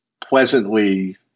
pleasantly